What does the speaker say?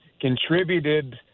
contributed